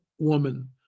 woman